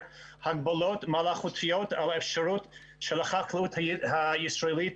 הגבלות מלאכותיות על האפשרות של החקלאות הישראלית